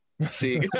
See